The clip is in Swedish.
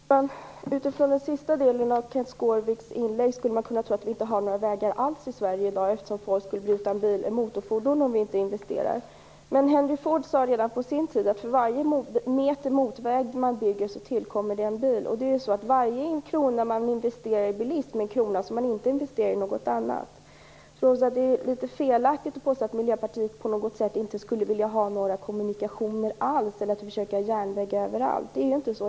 Herr talman! Utifrån den sista delen av Kenth Skårviks inlägg skulle man kunna tro att vi inte skulle ha några vägar alls i Sverige därför att folk skulle bli utan motorfordon om vi inte gjorde investeringar. Henry Ford sade på sin tid att för varje meter motorväg man bygger tillkommer en bil. Det är också så att varje krona man investerar i bilismen är en krona som inte är en investering i något annat. Det är felaktigt att påstå att Miljöpartiet inte skulle vilja ha några kommunikationer alls eller att vi skulle vilja ha järnvägar överallt. Så är det inte.